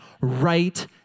right